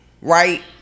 Right